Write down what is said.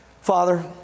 Father